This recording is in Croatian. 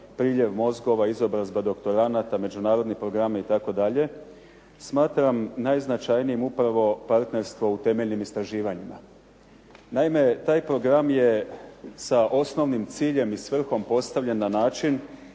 priljev mozgova, izobrazba doktoranata, međunarodni programi itd. smatram najznačajnijim upravo partnerstvo u temeljnim istraživanjima. Naime, taj program je sa osnovnim ciljem i svrhom postavljen na način